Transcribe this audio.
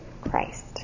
Christ